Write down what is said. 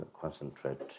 Concentrate